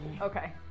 Okay